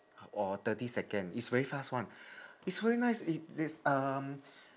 or thirty second it's very fast one it's very nice it is um